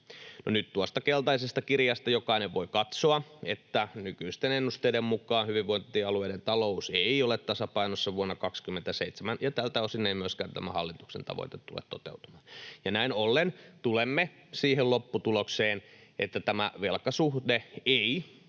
Nyt tuosta keltaisesta kirjasta jokainen voi katsoa, että nykyisten ennusteiden mukaan hyvinvointialueiden talous ei ole tasapainossa vuonna 27, ja tältä osin ei myöskään tämä hallituksen tavoite tule toteutumaan. Näin ollen tulemme siihen lopputulokseen, että tämä velkasuhde ei